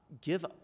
Give